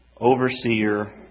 overseer